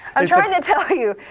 i'm trying to tell you,